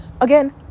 again